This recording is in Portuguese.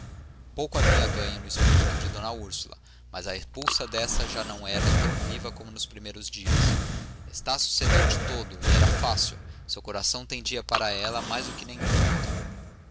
pouco havia ganho no espírito de d úrsula mas a repulsa desta já não era tão viva como nos primeiros dias estácio cedeu de todo e era fácil seu coração tendia para ela mais que nenhum outro